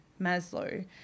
Maslow